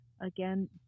Again